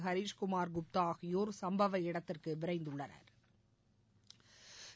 ஹீஷ்குமார் குப்தா ஆகியோா் சும்பவ இடத்திற்கு விரைந்துள்ளனா்